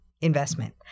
investment